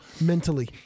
mentally